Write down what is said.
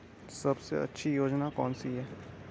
सबसे अच्छी योजना कोनसी है?